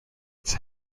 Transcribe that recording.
its